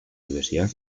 universidad